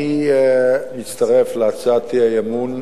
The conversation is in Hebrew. אני מצטרף להצעת האי-אמון,